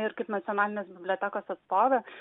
ir kaip nacionalinės bibliotekos atstovė